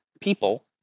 people